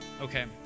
okay